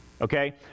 Okay